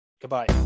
goodbye